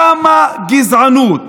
כמה גזענות?